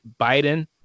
Biden